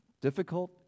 difficult